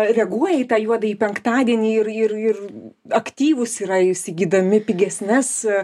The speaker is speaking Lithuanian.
reaguoja į tą juodąjį penktadienį ir ir ir aktyvūs yra įsigydami pigesnes